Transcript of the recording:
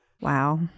Wow